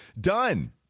done